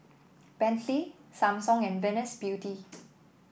Bentley Samsung and Venus Beauty